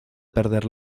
perder